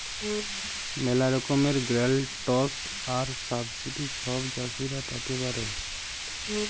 ম্যালা রকমের গ্র্যালটস আর সাবসিডি ছব চাষীরা পাতে পারে